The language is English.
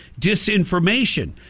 disinformation